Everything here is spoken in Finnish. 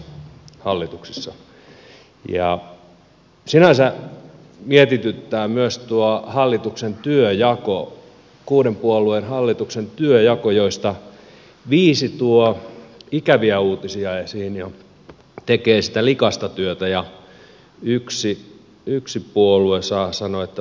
sinänsä mietityttää myös tuo hallituksen työnjako kuuden puolueen hallituksen työnjako jossa viisi tuo ikäviä uutisia esiin ja tekee sitä likaista työtä ja yksi puolue saa sanoa että fantastista